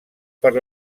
per